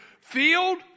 field